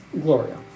Gloria